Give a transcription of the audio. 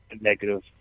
Negative